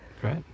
Great